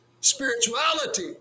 spirituality